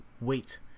wait